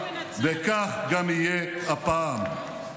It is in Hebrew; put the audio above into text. וכך יהיה גם הפעם.